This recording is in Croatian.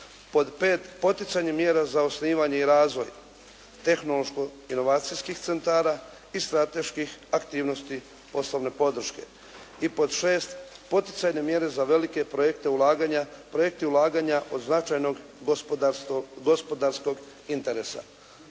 Pod 5. poticanje mjera za osnivanje i razvoj tehnološko inovacijskih centara i strateških aktivnosti poslovne podrške. I pod 6. poticajne mjere za velike projekte ulaganja. Projekti ulaganja od značajnog gospodarskog interesa.